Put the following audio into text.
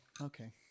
Okay